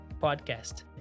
podcast